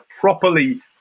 properly